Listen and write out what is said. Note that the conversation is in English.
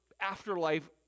afterlife